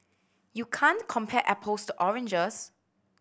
you can't compare apples to oranges